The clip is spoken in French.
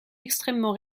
extrêmement